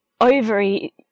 ovary